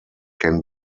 can